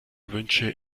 wünsche